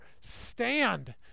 stand